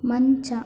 ಮಂಚ